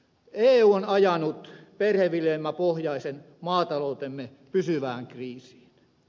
eu on ajanut perheviljelmäpohjaisen maataloutemme pysyvään kriisiin